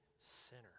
sinner